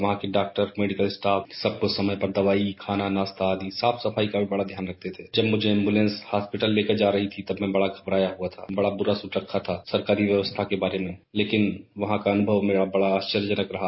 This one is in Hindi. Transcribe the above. वहां के डॉक्टर मेडिकल स्टाफ सबको समय पर दवाई खाना नाश्ता आदि साफ सफाई का भी बड़ा ध्यान रखते थे जब मुझे ऐम्बुलेंस हांस्पिटल लेकर जा रही थी तब मैं बड़ा घबड़ाया हुआ था बड़ा बुरा सुन रखा था सरकारी व्यवस्था के बारे में लेकिन वहां का अनुभव मेरा बड़ा आश्चर्यजनक रहा